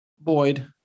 Boyd